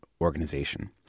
organization